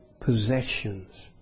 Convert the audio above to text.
possessions